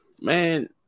Man